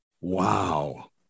Wow